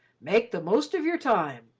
make the most of your time!